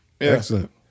excellent